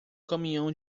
caminhão